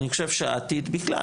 אני חושב שהעתיד, בכלל,